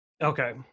Okay